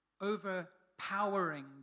overpowering